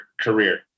career